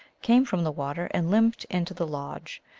came from the water and limped into the lodge.